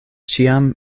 ĉiam